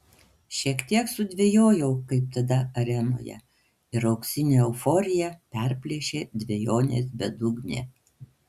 šiek tiek sudvejojau kaip tada arenoje ir auksinę euforiją perplėšė dvejonės bedugnė